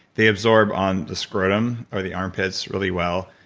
they absorb on the scrotum or the armpits really well,